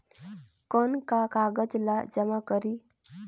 कौन का कागज ला जमा करी?